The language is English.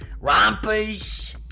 rompers